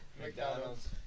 McDonald's